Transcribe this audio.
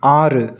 ஆறு